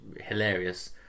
hilarious